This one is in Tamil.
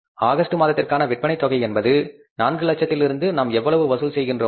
ஆகஸ்ட் மாதத்திற்கான விற்பனை என்பது 400000 இதில் நாம் எவ்வளவு வசூல் செய்கின்றோம் என்றால்